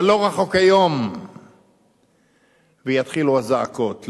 אבל לא רחוק היום שיתחילו הזעקות,